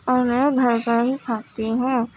اور میں گھر کا ہی کھاتی ہوں